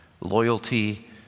loyalty